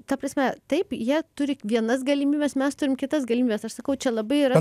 ta prasme taip jie turi vienas galimybes mes turim kitas galimybes aš sakau čia labai yra